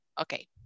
okay